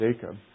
Jacob